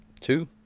Two